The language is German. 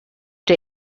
der